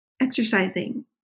exercising